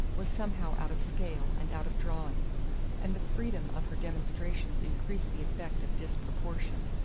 was somehow out of scale and out of drawing and the freedom of her demonstrations increased the effect of disproportion.